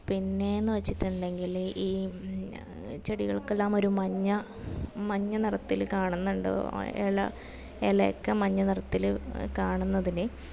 പിന്നെയെന്ന് വെച്ചിട്ടുണ്ടെങ്കിൽ ഈ ചെടികൾക്കെല്ലാം ഒരു മഞ്ഞ മഞ്ഞ നിറത്തിൽ കാണുന്നുണ്ട് ഇല ഇലയൊക്കെ മഞ്ഞ നിറത്തിൽ കാണുന്നതിന്